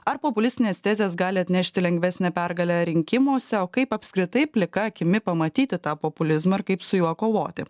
ar populistinės tezės gali atnešti lengvesnę pergalę rinkimuose o kaip apskritai plika akimi pamatyti tą populizmą ir kaip su juo kovoti